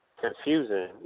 confusing